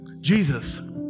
Jesus